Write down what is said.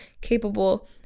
capable